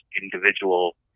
individual